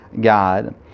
God